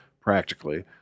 practically